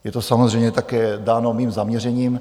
Je to samozřejmě také dáno mým zaměřením.